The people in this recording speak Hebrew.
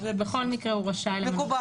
ובכל מקרה הוא רשאי למנות ממלא מקום.